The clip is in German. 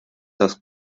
das